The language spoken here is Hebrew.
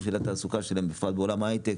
של התעסוקה שלהם בפרט בעולם ההיי-טק,